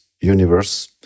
universe